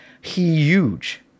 huge